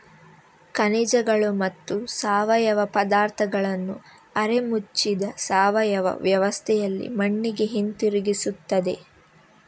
ಖನಿಜಗಳು ಮತ್ತು ಸಾವಯವ ಪದಾರ್ಥಗಳನ್ನು ಅರೆ ಮುಚ್ಚಿದ ಸಾವಯವ ವ್ಯವಸ್ಥೆಯಲ್ಲಿ ಮಣ್ಣಿಗೆ ಹಿಂತಿರುಗಿಸುತ್ತದೆ